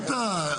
[היו"ר יעקב אשר] מה?